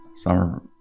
Summer